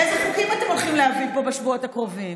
איזה חוקים אתם הולכים להביא פה בשבועות הקרובים?